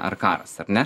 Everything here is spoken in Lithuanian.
ar karas ar ne